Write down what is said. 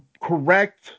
correct